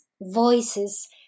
voices